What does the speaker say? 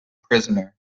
prisoner